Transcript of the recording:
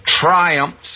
triumphs